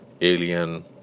alien